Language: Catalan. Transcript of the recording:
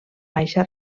baixa